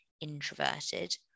introverted